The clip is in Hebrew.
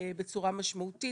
בצורה משמעותית,